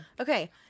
Okay